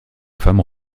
femmes